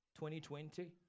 2020